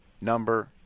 number